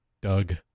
Doug